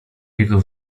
jego